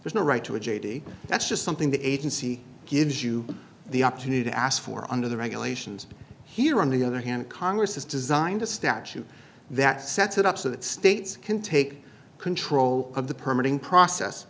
there's no right to a j d that's just something the agency gives you the opportunity to ask for under the regulations here on the other hand congress has designed a statute that sets it up so that states can take control of the permit in process